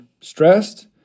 stressed